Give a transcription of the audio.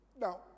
now